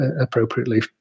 appropriately